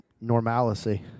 Normalcy